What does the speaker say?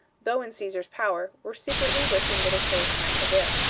though in caesar's power, were secretly wishing that achillas might prevail.